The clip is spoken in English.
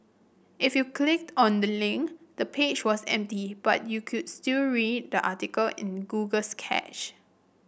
if you clicked on the link the page was empty but you could still read the article in Google's cache